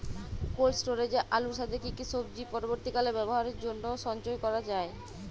Cold স্টোরেজে আলুর সাথে কি কি সবজি পরবর্তীকালে ব্যবহারের জন্য সঞ্চয় করা যায়?